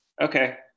Okay